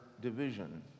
division